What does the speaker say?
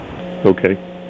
Okay